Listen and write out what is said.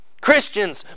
Christians